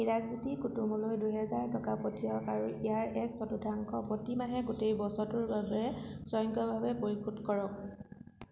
হিৰাকজ্যোতি কুতুমলৈ দুহেজাৰ টকা পঠিয়াওক আৰু ইয়াৰ এক চতুৰ্থাংশ প্ৰতিমাহে গোটেই বছৰটোৰ বাবে স্বয়ংক্ৰিয়ভাৱে পৰিশোধ কৰক